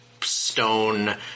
stone